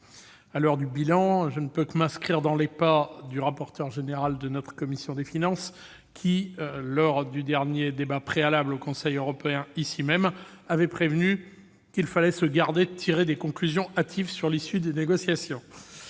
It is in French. À l'heure du bilan, je ne peux que m'inscrire dans les pas du rapporteur général de la commission des finances, qui, lors du dernier débat préalable au Conseil européen, ici même, avait prévenu qu'il fallait se garder de tirer des conclusions hâtives sur l'issue des négociations,